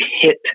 hit